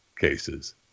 cases